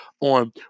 on